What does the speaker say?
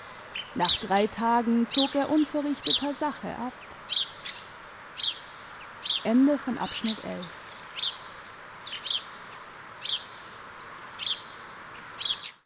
nach drei tagen zog er unverrichteter sache ab